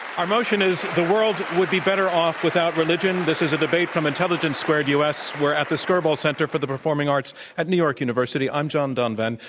our motion is the world would be better off without religion. this is a debate from intelligence square u. s. we're at the skirball center for the performing arts at new york university. i'm john donvan.